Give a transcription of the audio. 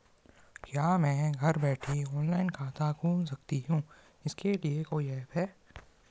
क्या मैं घर बैठे ऑनलाइन खाता खोल सकती हूँ इसके लिए कोई ऐप है?